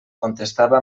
contestava